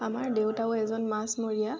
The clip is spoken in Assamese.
আমাৰ দেউতাও এজন মাছমৰীয়া